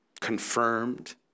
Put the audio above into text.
confirmed